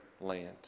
land